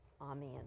Amen